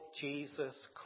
Jesus